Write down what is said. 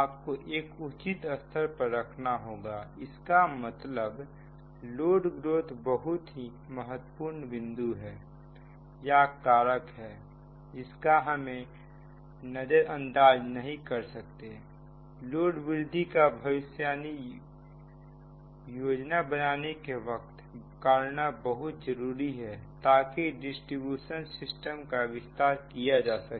आपको एक उचित स्तर पर रखना होगा इसका मतलब लोड ग्रोथ एक बहुत ही महत्वपूर्ण बिंदु है या कारक है जिसको हम नजर अंदाज नहीं कर सकते लोड वृद्धि का भविष्यवाणी योजना बनाने के वक्त करना बहुत जरूरी है ताकि डिस्ट्रीब्यूशन सिस्टम का विस्तार किया जा सके